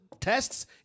tests